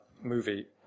movie